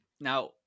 Now